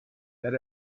that